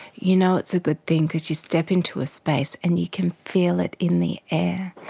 you know it's a good thing because you step into space and you can feel it in the air,